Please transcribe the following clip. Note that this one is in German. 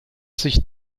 sich